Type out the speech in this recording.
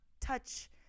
touch